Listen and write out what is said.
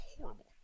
horrible